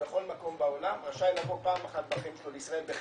בכל מקום לעולם רשאי לבוא פעם אחת בחיים שלו לישראל בחינם.